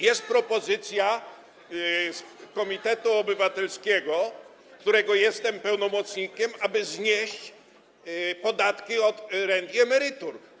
Jest propozycja komitetu obywatelskiego, którego jestem pełnomocnikiem, aby znieść podatek od rent i emerytur.